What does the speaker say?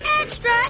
Extra